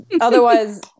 Otherwise